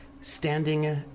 standing